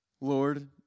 Lord